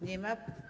Nie ma.